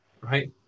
right